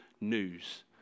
news